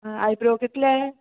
आं आयब्रो कितले